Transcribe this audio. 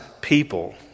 people